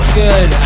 good